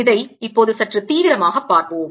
இதை இப்போது சற்று தீவிரமாகப் பார்ப்போம்